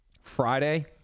Friday